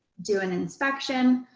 do an inspection,